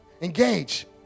Engage